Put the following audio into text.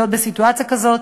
להיות בסיטואציה הזאת,